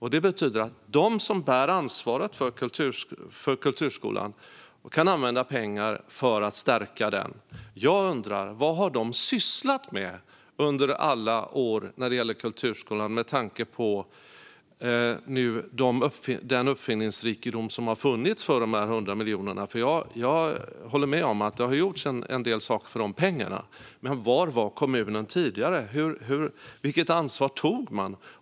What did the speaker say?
Det betyder att de som bär ansvaret för kulturskolan kan använda pengar för att stärka den. Jag undrar vad de har sysslat med under alla år när det gäller kulturskolan, med tanke på den uppfinningsrikedom som nu har funnits med de här 100 miljonerna. Jag håller med om att det har gjorts en del saker för de pengarna. Men vad gjorde kommunerna tidigare? Vilket ansvar tog man?